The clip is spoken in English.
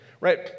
Right